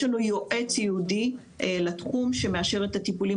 יש לנו יועץ ייעודי לתחום שמאשר את הטיפולים